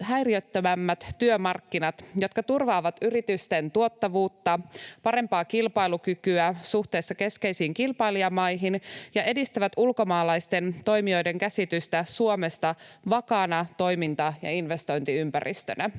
häiriöttömämmät työmarkkinat, jotka turvaavat yritysten tuottavuutta, parempaa kilpailukykyä suhteessa keskeisiin kilpailijamaihin ja edistävät ulkomaalaisten toimijoiden käsitystä Suomesta vakaana toiminta- ja investointiympäristönä.